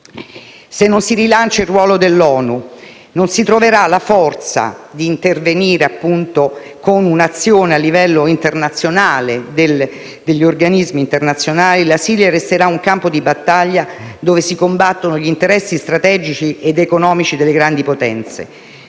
Se non si rilancia il ruolo dell'ONU, se non si troverà la forza di intervenire con un'azione a livello internazionale, da parte degli organismi internazionali, la Siria resterà un campo di battaglia dove si combattono gli interessi strategici e economici delle grandi potenze,